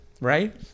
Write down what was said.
right